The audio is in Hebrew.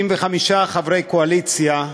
65 חברי קואליציה,